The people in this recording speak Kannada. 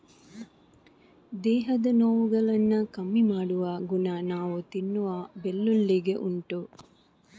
ದೇಹದ ನೋವುಗಳನ್ನ ಕಮ್ಮಿ ಮಾಡುವ ಗುಣ ನಾವು ತಿನ್ನುವ ಬೆಳ್ಳುಳ್ಳಿಗೆ ಉಂಟು